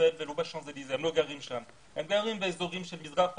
הם גרים באזורים של מזרח פריז,